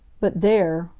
but there,